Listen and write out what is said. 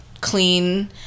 clean